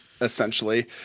essentially